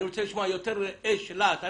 אני רוצה לשמוע יותר אש ולהט.